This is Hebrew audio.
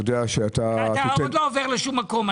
אתה עוד לא עובר לשום מקום.